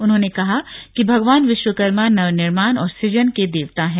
उन्होंने कहा कि भगवान विश्वकर्मा नवनिर्माण और सुजन के देवता हैं